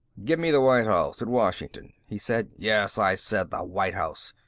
give me the white house at washington, he said. yes, i said the white house.